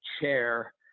chair